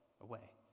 away